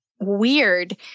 weird